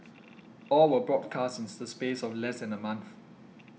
all were broadcast in the space of less than a month